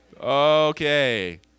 Okay